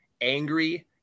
angry